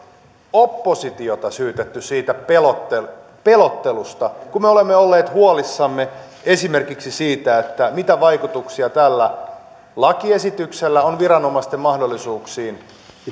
oppositiota syytetty pelottelusta pelottelusta kun me olemme olleet huolissamme esimerkiksi siitä mitä vaikutuksia tällä lakiesityksellä on viranomaisten mahdollisuuksiin